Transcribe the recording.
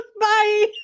Bye